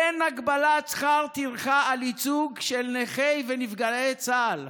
אין הגבלת שכר טרחה על ייצוג של נפגעים נכי צה"ל,